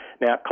Now